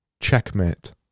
Checkmate